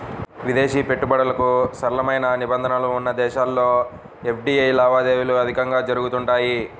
విదేశీ పెట్టుబడులకు సరళమైన నిబంధనలు ఉన్న దేశాల్లో ఎఫ్డీఐ లావాదేవీలు అధికంగా జరుగుతుంటాయి